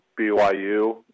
BYU